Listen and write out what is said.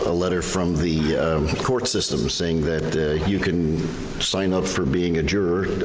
ah letter from the court systems saying that you can sign up for being a juror